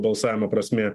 balsavimo prasmė